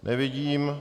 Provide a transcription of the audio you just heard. Nevidím.